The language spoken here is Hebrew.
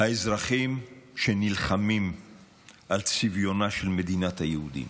האזרחים שנלחמים על צביונה של מדינת היהודים,